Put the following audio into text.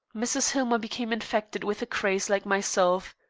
mrs. hillmer became infected with the craze like myself.